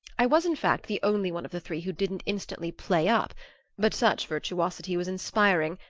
i was in fact the only one of the three who didn't instantly play up but such virtuosity was inspiring,